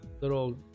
little